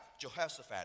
Jehoshaphat